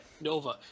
Nova